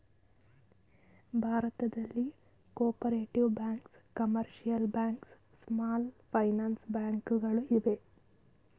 ಭಾರತದಲ್ಲಿ cooperative banks, commercial banks, small finance bank ಗಳು ಇವೆ